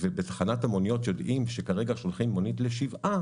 ובתחנת המוניות יודעים שכרגע שולחים מונית לשבעה